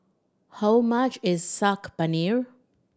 how much is Saag Paneer